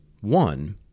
One